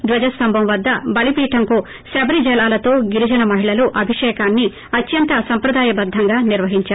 ధ్వజస్తంభం వద్ద బలిపీఠంకు శబరి జలాలతో గిరిజన మహిళలు అభిషేకంను అత్యంత సంప్రదాయబద్దంగా నిర్వహించారు